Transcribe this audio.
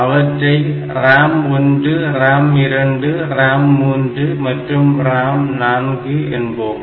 அவற்றை RAM1 RAM2 RAM3 மற்றும் RAM4 என்போம்